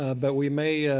ah but we may